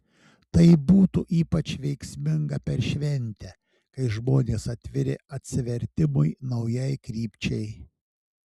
tai būtų ypač veiksminga per šventę kai žmonės atviri atsivertimui naujai krypčiai